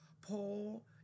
Paul